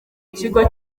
kigo